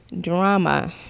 Drama